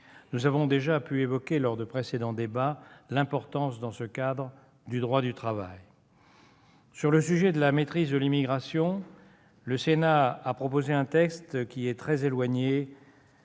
Nous avons déjà pu évoquer lors des précédents débats l'importance, dans ce cadre, du droit au travail. Sur le sujet de la maîtrise de l'immigration, le Sénat a proposé un texte qui est très éloigné